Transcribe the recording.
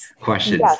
questions